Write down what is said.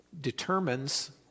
determines